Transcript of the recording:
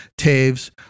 Taves